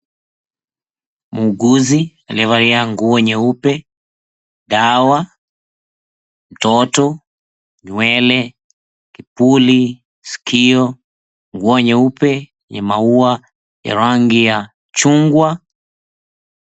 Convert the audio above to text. Muugizi amevalia nguo nyeupe, dawa, mtoto, nywele, kipuli, sikio, nguo nyeupe yenye maua ya rangi ya chungwa.